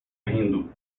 rindo